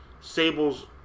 sables